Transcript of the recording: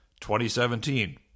2017